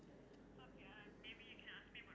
this I think that's really important